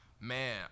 Man